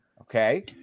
Okay